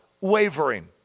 wavering